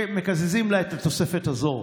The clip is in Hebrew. מקזזים לה את התוספת הזו.